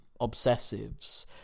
obsessives